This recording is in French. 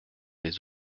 les